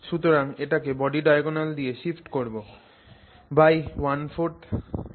সুতরাং এটাকে body diagonal দিয়ে শিফট করবো by one fourth one fourth one fourth